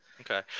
Okay